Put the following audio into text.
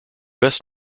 best